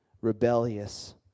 rebellious